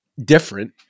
different